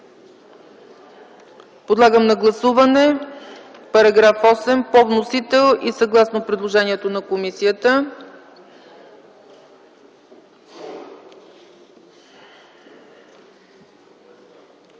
Подлагам на гласуване § 8 по вносител и съгласно предложението на комисията.